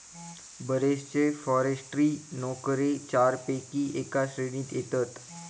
बरेचशे फॉरेस्ट्री नोकरे चारपैकी एका श्रेणीत येतत